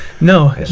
No